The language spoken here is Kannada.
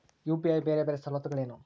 ಯು.ಪಿ.ಐ ಬೇರೆ ಬೇರೆ ಸವಲತ್ತುಗಳೇನು?